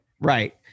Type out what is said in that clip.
Right